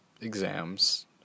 exams